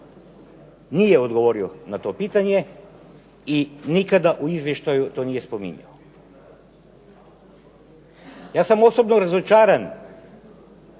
Nije odgovorio na to pitanje i nikada u izvještaju to nije spominjao. Ja sam osobno razočaran